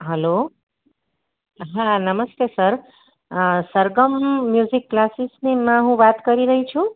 hello હા નમસ્તે sir Sargam music ક્લાસીસમાં હું વાત કરી રહી છું